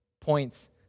points